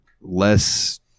less